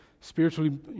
spiritually